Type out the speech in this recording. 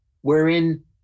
wherein